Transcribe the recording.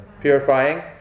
purifying